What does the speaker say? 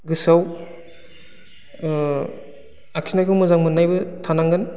गोसोआव आखिनायखौ मोजां मोननायबो थानांगोन